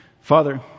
Father